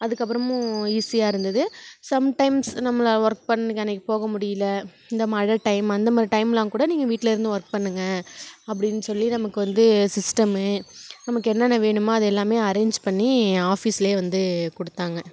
அதுக்கப்புறமும் ஈஸியாக இருந்தது சம் டைம்ஸ் நம்மளை ஒர்க் பண்ணுங்கள் இன்றைக்கு போக முடியல இந்த மழை டைம் அந்த மாதிரி டைமெலாம் கூட நீங்கள் வீட்டில் இருந்து ஒர்க் பண்ணுங்கள் அப்படின் சொல்லி நமக்கு வந்து சிஸ்டம்மும் நமக்கு என்னென்ன வேணுமோ அது எல்லாமே அரேஞ்ச் பண்ணி ஆஃபீஸ்லேயே வந்து கொடுத்தாங்க